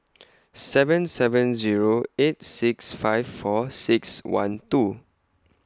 seven seven Zero eight six five four six one two